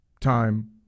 time